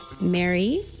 Mary